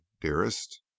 dearest